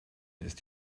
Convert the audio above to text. ist